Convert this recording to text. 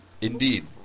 Indeed